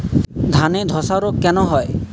ধানে ধসা রোগ কেন হয়?